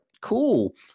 cool